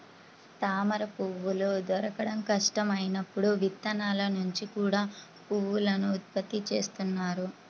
తామరపువ్వులు దొరకడం కష్టం అయినప్పుడు విత్తనాల నుంచి కూడా పువ్వులను ఉత్పత్తి చేస్తున్నారు